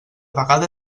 vegada